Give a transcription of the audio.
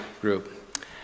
group